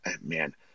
Man